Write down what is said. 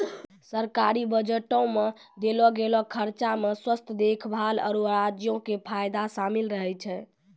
सरकारी बजटो मे देलो गेलो खर्चा मे स्वास्थ्य देखभाल, आरु राज्यो के फायदा शामिल रहै छै